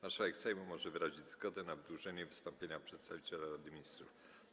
Marszałek Sejmu może wyrazić zgodę na wydłużenie wystąpienia przedstawiciela Rady Ministrów.